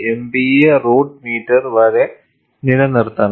75 MPa root metre വരെ നിലനിർത്തണം